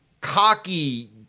cocky